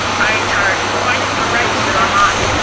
i am tired for fighting for rights that are mine.